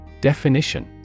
Definition